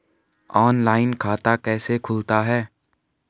Online खाता कैसे खुलता है?